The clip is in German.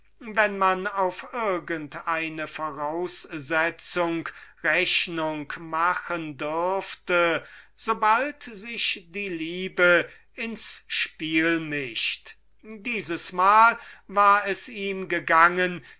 wenn man auf irgend eine voraussetzung rechnung machen dürfte so bald sich die liebe ins spiel mischt dieses mal war es ihm gegangen